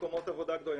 מקומות עבודה גדולים.